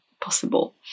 possible